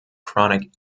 chronic